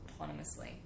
autonomously